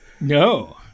No